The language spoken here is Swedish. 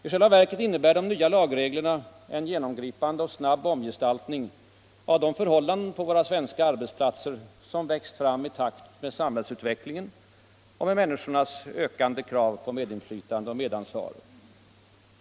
I själva verket innebär de nya lagreglerna en genomgripande och snabb omgestaltning av de förhållanden på våra svenska arbetsplatser som växt fram i takt med samhällsutvecklingen och med människornas ökande krav på medinflytande och medansvar.